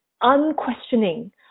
unquestioning